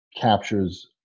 captures